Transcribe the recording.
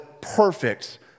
perfect